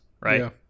right